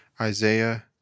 Isaiah